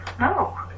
No